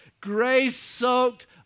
grace-soaked